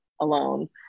alone